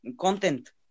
content